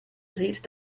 sieht